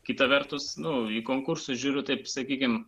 kita vertus nu į konkursus žiūriu taip sakykim